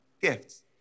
gifts